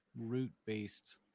root-based